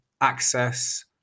access